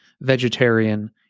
vegetarian